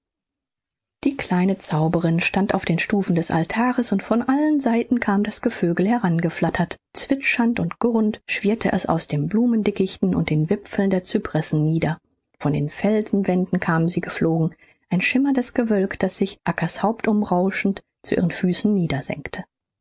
die kleine zauberin stand auf den stufen des altars und von allen seiten kam das gevögel herangeflattert zwitschernd und gurrend schwirrte es aus den blumendickichten und den wipfeln der cypressen nieder von den felsenwänden kamen sie geflogen ein schimmerndes gewölk das sich acca's haupt umrauschend zu ihren füßen